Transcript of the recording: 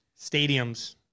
stadiums